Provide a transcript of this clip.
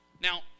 now